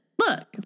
look